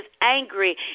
angry